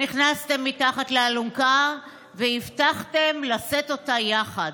נכנסתם מתחת לאלונקה והבטחתם לשאת אותה יחד,